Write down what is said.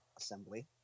assembly